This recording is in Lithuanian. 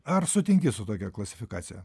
ar sutinki su tokia klasifikacija